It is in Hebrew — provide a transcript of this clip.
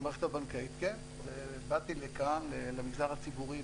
באתי למגזר הציבורי